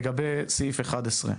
לגבי סעיף 11,